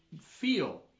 feel